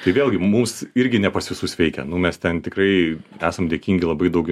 tai vėlgi mums irgi ne pas visus veikia nu mes ten tikrai esam dėkingi labai daug